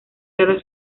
cada